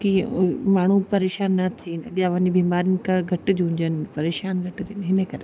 की माण्हू परेशान न थियनि अॻियां वञी बिमारियुनि खां घट झूंझन परेशानी घटि थींदी इन करे